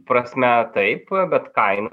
prasme taip bet kaina